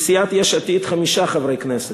לסיעת יש עתיד, חמישה חברי כנסת: